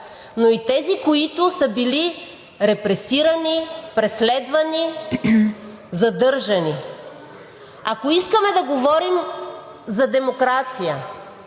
но и тези, които са били репресирани, преследвани, задържани. Ако искаме да говорим за демокрация,